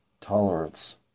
tolerance